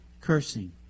cursing